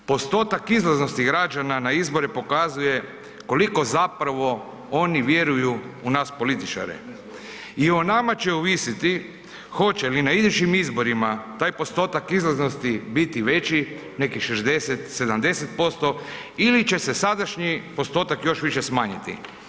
Postotak izlaznosti građana na izbore pokazuje koliko zapravo oni vjeruju u nas političare i o nama će ovisiti hoće li na idućim izborima taj postotak izlaznosti biti veći, nekih 60, 70% ili će se sadašnji postotak još više smanjiti.